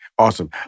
Awesome